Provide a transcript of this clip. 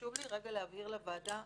חשוב לי להבהיר לוועדה,